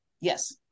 Yes